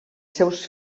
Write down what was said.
seus